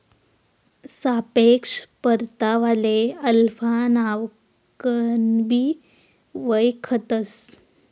सापेक्ष परतावाले अल्फा नावकनबी वयखतंस